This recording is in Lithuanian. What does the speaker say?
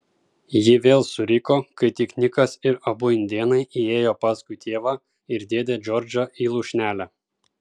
ji vėl suriko kai tik nikas ir abu indėnai įėjo paskui tėvą ir dėdę džordžą į lūšnelę